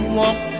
walk